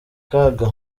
kaga